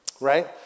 right